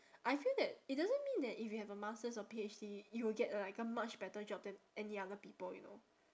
I feel that it doesn't mean that if you have a master's or P_H_D you will get a like a much better job than any other people you know